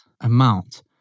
amount